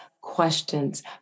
questions